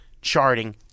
charting